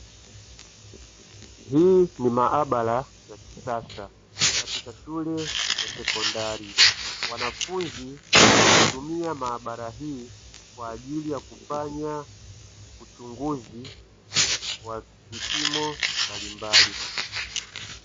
Hii ni maabara ya kisasa, katika shule ya sekondari. Wanafunzi wanaitumia maabara hii kwa ajili ya kufanya uchunguzi wa vipimo mbalimbali.